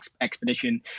expedition